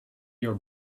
your